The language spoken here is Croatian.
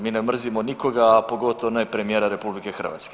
Mi ne mrzimo nikoga, a pogotovo ne premijera RH.